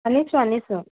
আনিছোঁ আনিছোঁ